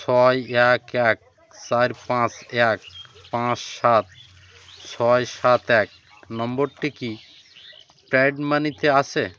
ছয় এক এক চার পাঁচ এক পাঁচ সাত ছয় সাত এক নম্বরটি কি মানি তে আছে